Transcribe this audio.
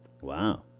Wow